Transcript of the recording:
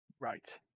Right